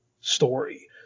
story